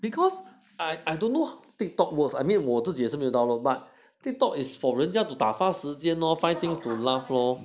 because I I don't know Tiktok works I mean 我自己也没有 download but they Tiktok is for 人家打发时间咯 lor